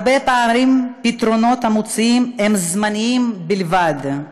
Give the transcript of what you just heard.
הרבה פעמים הפתרונות המוצעים הם זמניים בלבד.